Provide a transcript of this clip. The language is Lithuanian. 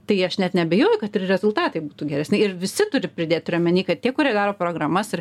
tai aš net neabejoju kad ir rezultatai būtų geresni ir visi turi pridėt turiu omeny kad tie kurie daro programas ir